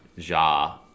Ja